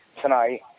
tonight